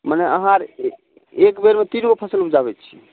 मने अहाँ आर एक बेरमे तीनगो फसल उपजाबै छियै